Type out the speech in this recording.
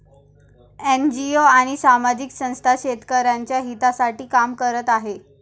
NGO आणि सामाजिक संस्था शेतकऱ्यांच्या हितासाठी काम करत आहेत